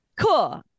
cool